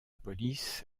police